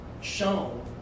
shown